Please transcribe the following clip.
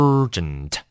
Urgent